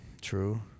True